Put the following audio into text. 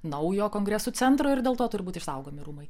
naujo kongresų centro ir dėl to turbūt išsaugomi rūmai